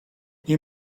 you